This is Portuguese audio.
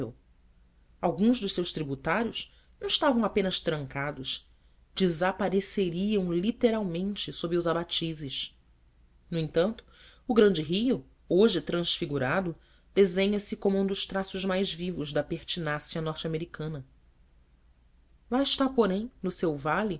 alguns dos seus tributários não estavam apenas trancados desapareciam literalmente sob os abatises no entanto o grande rio hoje transfigurado desenha se como um dos traços mais vivos da pertinácia norte americana lá está porém no seu vale